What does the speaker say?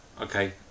Okay